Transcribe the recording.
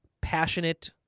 passionate